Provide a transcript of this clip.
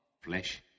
flesh